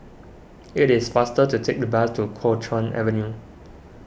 it is faster to take the bus to Kuo Chuan Avenue